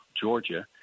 Georgia